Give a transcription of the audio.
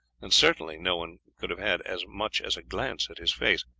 and certainly no one could have had as much as a glance at his face.